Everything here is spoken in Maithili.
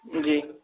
जी